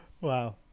Wow